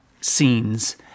scenes